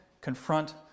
confront